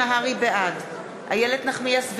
בעד איילת נחמיאס ורבין,